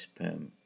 spam